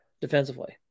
defensively